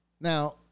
Now